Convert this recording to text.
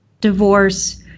divorce